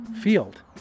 field